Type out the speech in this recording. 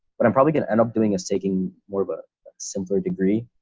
what i'm probably gonna end up doing is taking more of a simpler degree